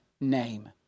name